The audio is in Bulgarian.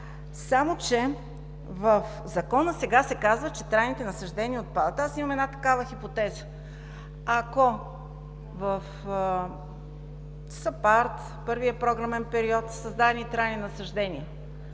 мнение. В Закона сега се казва, че трайните насаждения отпадат. Аз имам една такава хипотеза: ако в САПАРД, в първия програмен период са създадени трайни насаждения